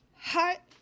Hot